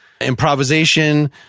improvisation